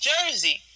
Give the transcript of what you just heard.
Jersey